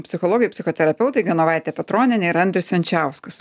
psichologai psichoterapeutai genovaitė petronienė ir andrius jančiauskas